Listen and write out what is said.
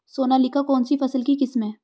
सोनालिका कौनसी फसल की किस्म है?